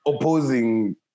opposing